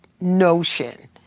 notion